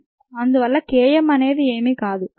అందువల్ల K m అనేది ఏమి కాదు